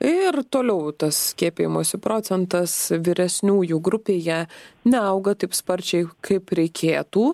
ir toliau tas skiepijimosi procentas vyresniųjų grupėje neauga taip sparčiai kaip reikėtų